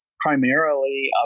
primarily